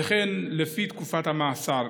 וכן לפי תקופת המאסר,